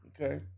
Okay